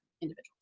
individuals